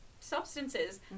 substances